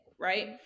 Right